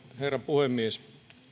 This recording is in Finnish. herra puhemies